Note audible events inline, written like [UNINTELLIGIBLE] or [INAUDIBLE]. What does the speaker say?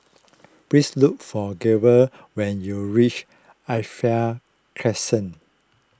please look for Grover when you reach [UNINTELLIGIBLE] Crescent